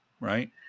Right